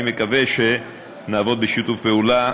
אני מקווה שנעבוד בשיתוף פעולה.